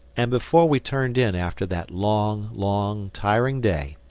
and before we turned in after that long, long, tiring day,